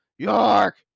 York